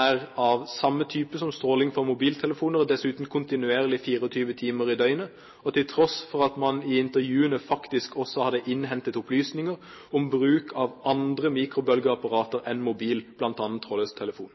er av samme type som stråling fra mobiltelefoner og dessuten kontinuerlig 24 timer i døgnet, og til tross for at man i intervjuene faktisk også hadde innhentet opplysninger om bruk av andre mikrobølgeappparater enn mobil, bl.a. trådløs telefon.